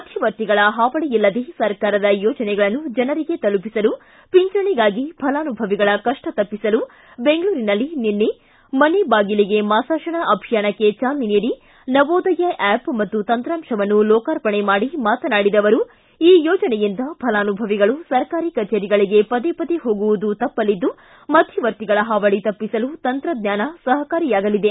ಮಧ್ಯವರ್ತಿಗಳ ಹಾವಳಿಯಿಲ್ಲದೆ ಸರ್ಕಾರದ ಯೋಜನೆಗಳನ್ನು ಜನರಿಗೆ ತಲುಪಿಸಲು ಪಿಂಚಣಿಗಾಗಿ ಫಲಾನುಭವಿಗಳ ಕಪ್ಪ ತಪ್ಪಿಸಲು ಬೆಂಗಳೂರಿನಲ್ಲಿ ನಿನ್ನೆ ಮನೆ ಬಾಗಿಲಿಗೆ ಮಾಸಾಶನ ಅಭಿಯಾನಕ್ಕೆ ಚಾಲನೆ ನೀಡಿ ನವೋದಯ ಆಪ್ ಮತ್ತು ತಂತ್ರಾಂಶವನ್ನು ಲೋಕಾರ್ಪಣೆ ಮಾಡಿ ಮಾತನಾಡಿದ ಅವರು ಈ ಯೋಜನೆಯಿಂದ ಫಲಾನುಭವಿಗಳು ಸರ್ಕಾರಿ ಕಚೇರಿಗಳಿಗೆ ಪದೇಪದೇ ಹೋಗುವುದು ತಪ್ಪಲಿದ್ದು ಮಧ್ಯವರ್ತಿಗಳ ಹಾವಳಿ ತಪ್ಪಿಸಲು ತಂತ್ರಜ್ಞಾನ ಸಹಕಾರಿಯಾಗಲಿದೆ